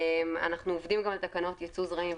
אנחנו עובדים גם על תקנות יצוא זרעים,